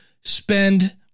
spend